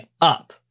up